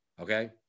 Okay